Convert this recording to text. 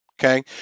Okay